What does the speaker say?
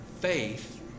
faith